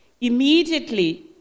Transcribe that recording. Immediately